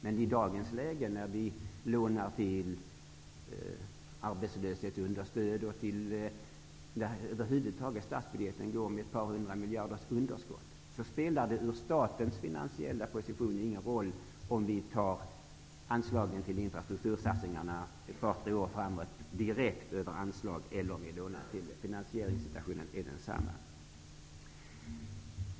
Men i dagens läge, när vi lånar till arbetslöshetsunderstöd och över huvud taget statsbudgeten går med ett par hundra miljarders underskott, spelar det sett från statens finansiella position ingen roll om vi tar anslagen till infrastruktursatsningar ett par tre år framåt direkt över anslag eller om vi lånar till dem. Finansieringssituationen är densamma.